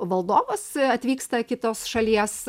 valdovas atvyksta tos šalies